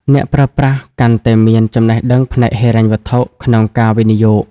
អ្នកប្រើប្រាស់កាន់តែមាន "ចំណេះដឹងផ្នែកហិរញ្ញវត្ថុ" ក្នុងការវិនិយោគ។